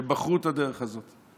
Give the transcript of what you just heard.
הם בחרו את הדרך הזאת.